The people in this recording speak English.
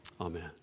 Amen